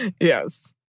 Yes